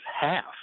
half